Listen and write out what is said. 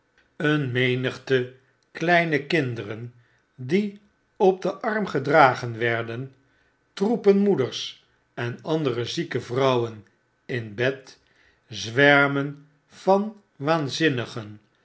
een menigte kleine kinderen die op den arm gedragen werden troepen moeders en andere zieke vrouwen in bed zwermen van waanzinnigen